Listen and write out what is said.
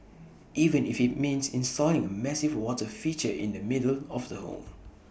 even if IT means installing A massive water feature in the middle of the home